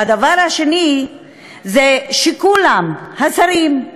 והדבר השני זה שכולם, השרים,